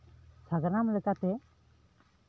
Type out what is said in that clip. ᱥᱟᱸᱜᱟᱲᱚᱢ ᱞᱮᱠᱟᱛᱮ